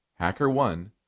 HackerOne